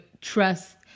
trust